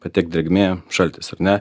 patekt drėgmė šaltis ar ne